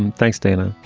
thanks, dana.